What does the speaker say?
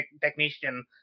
technician